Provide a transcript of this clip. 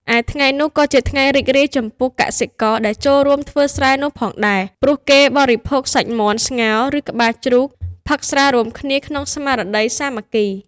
ឯថ្ងៃនោះក៏ជាថ្ងៃរីករាយចំពោះកសិករ ដែលចូលរួមធ្វើស្រែនោះផងដែរ ព្រោះគេបរិភោគសាច់មាន់ស្ងោរ ឬ ក្បាលជ្រូក ផឹកស្រារួមគ្នា ក្នុងស្មារតីសាមគ្គី។